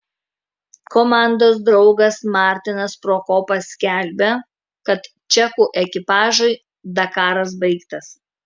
komandos draugas martinas prokopas skelbia kad čekų ekipažui dakaras baigtas